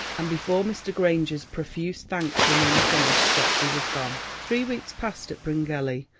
and before mr. granger's profuse thanks were nearly finished, geoffrey was gone. three weeks passed at bryngelly,